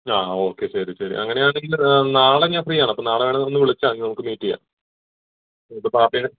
ആ ഓക്കെ ശരി ശരി അങ്ങനെയാണെങ്കിൽ നാളെ ഞാൻ ഫ്രീയാണ് അപ്പം നാളെ വേണേലൊന്ന് വിളിച്ചാൽ മതി നമുക്ക് മീറ്റ് ചെയ്യാം എന്നിട്ട് ടാറ്റേടെ